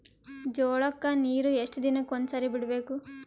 ಜೋಳ ಕ್ಕನೀರು ಎಷ್ಟ್ ದಿನಕ್ಕ ಒಂದ್ಸರಿ ಬಿಡಬೇಕು?